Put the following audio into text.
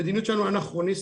המדיניות שלנו אנכרוניסטית.